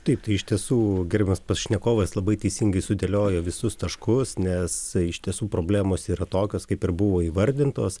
taip tai iš tiesų gerbiamas pašnekovas labai teisingai sudėliojo visus taškus nes iš tiesų problemos yra tokios kaip ir buvo įvardintos